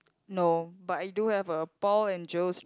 no but I do have a Paul and Joe's